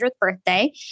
birthday